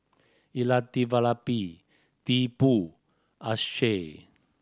Elattuvalapil Tipu Akshay